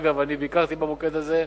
אגב, אני ביקרתי במוקד הזה,